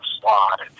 slot